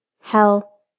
Hell